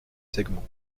segment